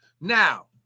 Now